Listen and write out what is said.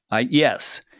Yes